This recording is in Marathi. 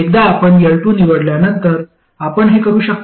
एकदा आपण L2 निवडल्यानंतर आपण हे करू शकता